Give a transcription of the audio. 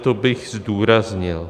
To bych zdůraznil.